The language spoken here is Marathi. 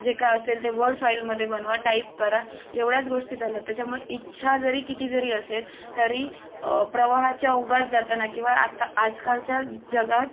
जे काही असेल ते वर्ड फाईलमध्ये बनवा टाईप करा एवढ्याच गोष्टी झाल्या आहेत त्याच्यामुळे इच्छा जरी किती जरी असेल तरी प्रवाहाच्या ओघात जाताना किंवा आता आजकालच्या जगात